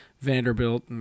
Vanderbilt